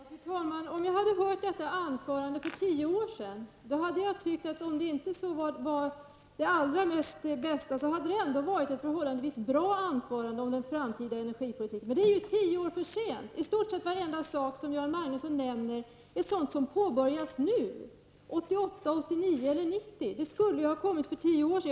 Fru talman! Om jag hade hört Göran Magnussons anförande för tio år sedan hade jag ansett att även om det inte var det allra bästa så var det ändå ett förhållandevis bra anförande om den framtida energipolitiken. Men det är ju tio år för sent! I stort sett varenda sak som Göran Magnusson nämner är sådant som påbörjats eller påbörjas nu, dvs. år 1988, 1989 eller 1990. Det skulle ha kommit för tio år sedan.